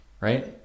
right